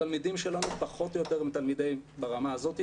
התלמידים שלנו פחות או יותר הם תלמידים ברמה הזאת,